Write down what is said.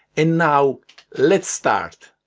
and now let's start!